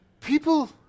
People